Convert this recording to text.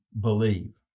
believe